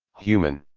human.